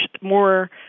more